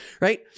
right